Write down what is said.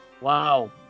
Wow